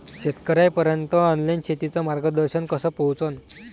शेतकर्याइपर्यंत ऑनलाईन शेतीचं मार्गदर्शन कस पोहोचन?